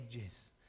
edges